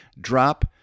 drop